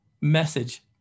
message